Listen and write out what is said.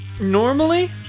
normally